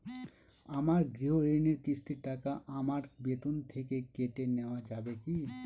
আমার গৃহঋণের কিস্তির টাকা আমার বেতন থেকে কেটে নেওয়া যাবে কি?